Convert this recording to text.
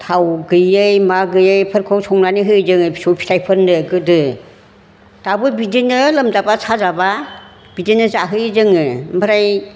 थाव गैयै मा गैयैफोरखौ संनानै होयो जोङो फिसौ फिथाइफोरनो गोदो दाबो बिदिनो लोमजाब्ला साजाब्ला बिदिनो जाहोयो जोङो ओमफ्राय